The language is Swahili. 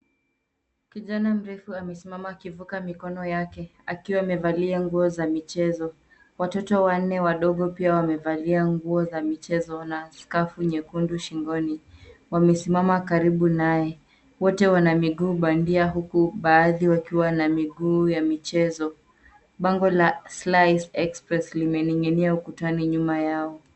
Kijana mrefu amesimama akivuka mikono yake akiwa amevalia nguo za michezo. Watoto wanne wadogo pia wamevalia nguo za michezo na skafu nyekundu shingoni. Wamesimama karibu naye. Wote wana miguu bandia huku baadhi wakiwa na miguu ya michezo. Bango la slice express , limening'inia ukutani nyuma yao.